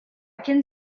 can